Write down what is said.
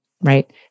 right